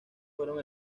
fueron